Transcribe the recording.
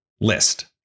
list